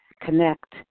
connect